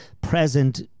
present